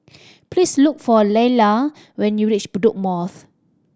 please look for Laila when you reach Bedok North